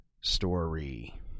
story